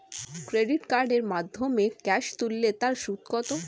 Credit কার্ডের মাধ্যমে cash তুলে তার সুদ কত?